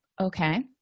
Okay